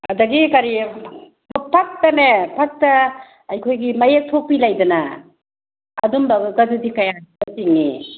ꯑꯗꯨꯗꯒꯤ ꯀꯔꯤ ꯐꯛꯇꯅꯦ ꯐꯛꯇ ꯑꯩꯈꯣꯏꯒꯤ ꯃꯌꯦꯛ ꯊꯣꯛꯄꯤ ꯂꯩꯗꯅ ꯑꯗꯨꯒꯨꯝꯕꯒꯗꯨꯗꯤ ꯀꯌꯥꯃꯨꯛꯀ ꯆꯤꯡꯏ